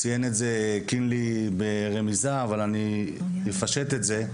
ציין את זה קינלי ברמיזה, אבל אני אפשט את זה.